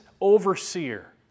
overseer